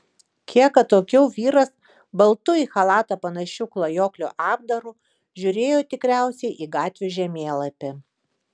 kiek atokiau vyras baltu į chalatą panašiu klajoklio apdaru žiūrėjo tikriausiai į gatvių žemėlapį